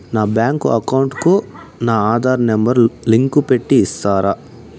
నా bank account కు నా ఆధార్ నెంబర్ లింకు పెట్టి ఇస్తారా?